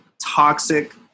toxic